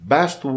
Best